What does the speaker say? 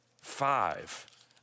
five